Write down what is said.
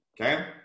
Okay